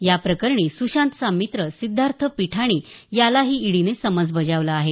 या प्रकरणी सुशांतचा मित्र सिद्धार्थ पिठाणी यालाही ईडीने समन्स बजावलं आहे